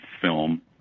film